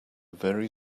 very